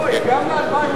לא, היא גם ל-2011.